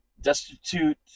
destitute